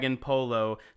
Polo